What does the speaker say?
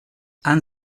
han